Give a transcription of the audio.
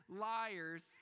liars